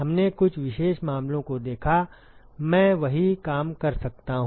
हमने कुछ विशेष मामलों को देखा मैं वही काम कर सकता हूं